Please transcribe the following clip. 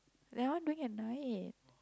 that one doing at night